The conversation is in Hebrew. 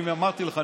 אני אמרתי לך,